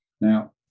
Now